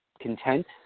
content